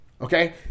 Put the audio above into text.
okay